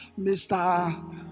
Mr